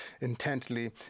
intently